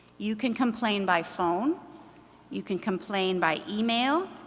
you can complain by phone you can complain by email,